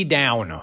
down